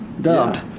dubbed